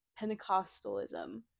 Pentecostalism